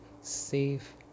safe